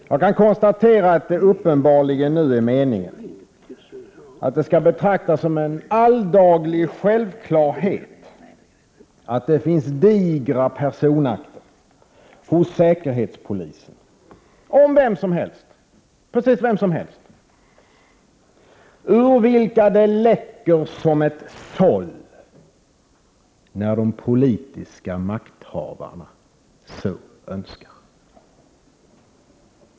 Herr talman! Jag tackar för svaret som visar att Kafka håller på att få konkurrens i den svenska regeringen. Jag kan konstatera att det nu uppenbarligen är meningen att det skall betraktas som en alldaglig självklarhet att det finns digra personakter hos säkerhetspolisen om precis vem som helst, ur vilka det läcker som ett såll när de politiska makthavarna så önskar.